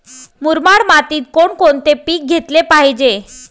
मुरमाड मातीत कोणकोणते पीक घेतले पाहिजे?